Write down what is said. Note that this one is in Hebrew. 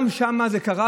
גם שם זה קרה,